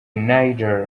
niger